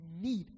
need